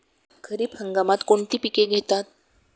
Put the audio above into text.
खरीप हंगामात कोणती पिके घेतात?